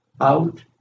out